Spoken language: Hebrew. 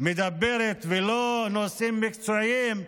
מדברת ולא נושאים מקצועיים,